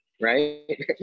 Right